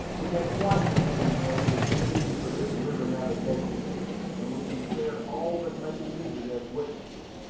we have twice as many hands as we need for this river navigation and we can spare all that may be needed as witnesses.